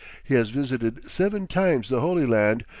he has visited seven times the holy land,